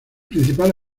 principal